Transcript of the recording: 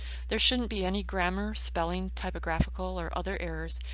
there shouldn't be any grammar, spelling, typographical, or other errors,